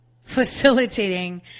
facilitating